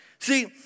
See